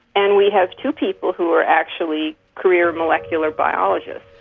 and we have two people who are actually career molecular biologists.